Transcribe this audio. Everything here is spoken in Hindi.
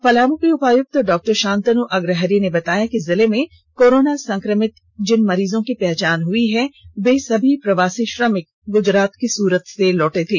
पलामू के उपायुक्त डॉक्टर शांतनु अग्रहरि ने बताया कि जिले में कोरोना संक्रमित जिन मरीजों की पहचान हुई है वे ॅसभी प्रवासी श्रमिक गुजरात के सूरत से लौटे थे